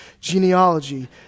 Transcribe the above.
Genealogy